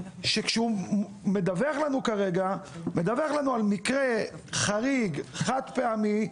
שכשהוא מדווח לנו כרגע על מקרה חריג וחד-פעמי,